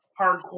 hardcore